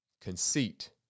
conceit